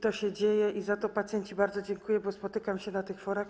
To się dzieje i za to pacjenci bardzo dziękują, spotykam się z tym na tych forach.